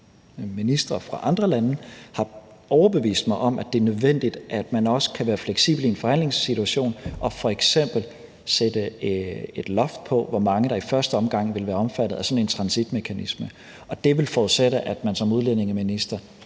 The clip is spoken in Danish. ministre fra andre lande, overbevist mig om, at det er nødvendigt, at man også kan være fleksibel i en forhandlingssituation og f.eks. sætte et loft over, hvor mange der i første omgang vil være omfattet af sådan en transitmekanisme, og det vil forudsætte, at man som udlændingeminister